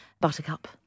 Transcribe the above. Buttercup